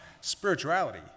Spirituality